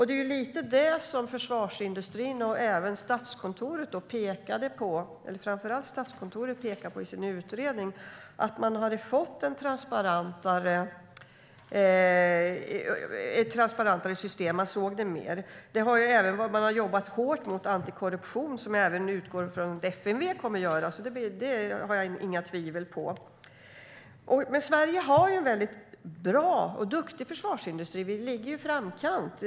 Det är lite detta som försvarsindustrin pekar på och som framför allt Statskontoret pekar på i sin utredning. Man har fått ett mer transparent system. Man såg det mer. Man har jobbat hårt med antikorruption. Det utgår jag från att även FMV kommer att göra. Det tvivlar jag inte på. Sverige har en bra försvarsindustri. Vi ligger i framkant.